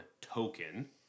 token